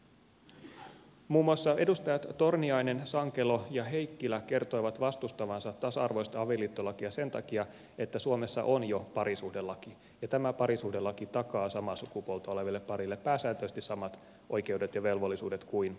muun muassa edustajat torniainen sankelo ja heikkilä kertoivat vastustavansa tasa arvoista avioliittolakia sen takia että suomessa on jo parisuhdelaki ja tämä parisuhdelaki takaa samaa sukupuolta oleville pareille pääsääntöisesti samat oikeudet ja velvollisuudet kuin avioliittokin